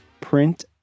print